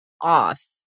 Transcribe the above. Off